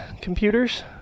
computers